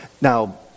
Now